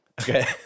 Okay